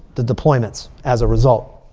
the deployments as a result.